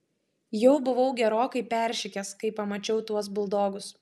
jau buvau gerokai peršikęs kai pamačiau tuos buldogus